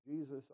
Jesus